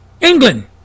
England